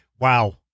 Wow